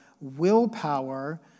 willpower